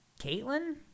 Caitlin